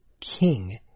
King